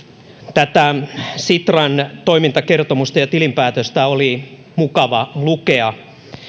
tätä sitran toimintakertomusta ja tilinpäätöstä oli mukava lukea